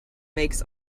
makes